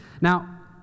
Now